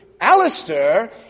Alistair